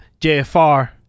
JFR